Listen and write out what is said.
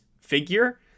figure